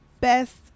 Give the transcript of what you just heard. best